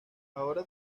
ahora